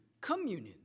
communion